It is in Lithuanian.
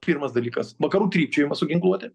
pirmas dalykas vakarų trypčiojimas su ginkluote